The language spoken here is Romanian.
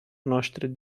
noștri